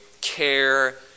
care